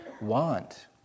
want